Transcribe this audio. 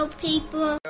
people